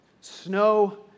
Snow